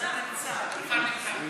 השר נמצא.